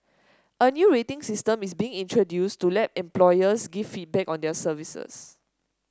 a new rating system is being introduced to let employers give feedback on their services